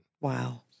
Wow